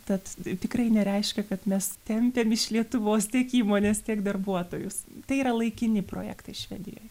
tad tikrai nereiškia kad mes tempiam iš lietuvos tiek įmones tiek darbuotojus tai yra laikini projektai švedijoj